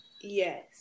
Yes